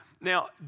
Now